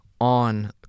on